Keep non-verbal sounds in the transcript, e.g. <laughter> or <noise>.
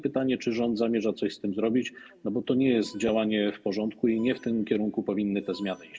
Pytanie, czy rząd zamierza coś z tym zrobić, <noise> bo to nie jest działanie w porządku i nie w tym kierunku powinny te zmiany iść.